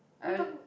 what are you talking